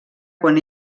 quan